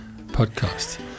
podcast